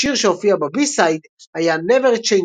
השיר שהופיע בבי-סייד היה "Never Change